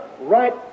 Right